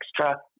extra